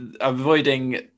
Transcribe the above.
Avoiding